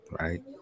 Right